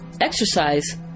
exercise